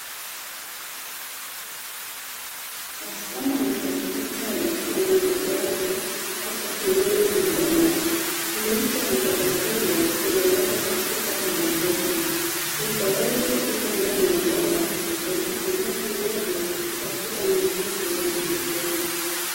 Mfumo wa kidigitali wa umwagiliaji kwakutumia mabomba, miche ya mboga mboga imeota katika bomba hizi, mifereji ipo ndani ya bomba ikisambaza maji katika mizizi ya miche hii.